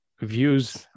views